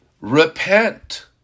Repent